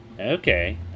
Okay